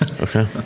Okay